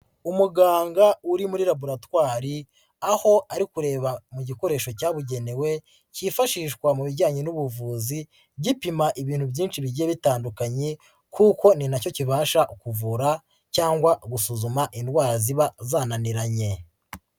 Umuganga uri muri laboratwari aho ari kureba mu gikoresho cyabugenewe kifashishwa mu bijyanye n'ubuvuzi gipima ibintu byinshi bigiye bitandukanye kuko ni na cyo kibasha kuvura cyangwa gusuzuma indwara ziba zananiranye.